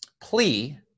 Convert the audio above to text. plea